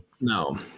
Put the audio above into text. No